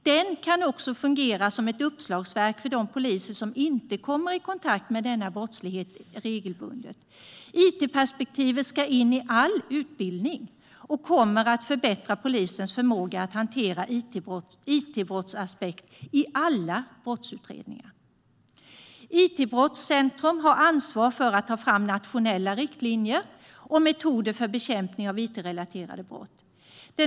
Den kan också fungera som ett uppslagsverk för de poliser som inte kommer i kontakt med denna brottslighet regelbundet. It-perspektivet ska in i all utbildning och kommer att förbättra polisens förmåga att hantera it-brottsaspekten i alla brottsutredningar. It-brottscentrum har ansvar för att ta fram nationella riktlinjer och metoder för bekämpningen av it-relaterade brott.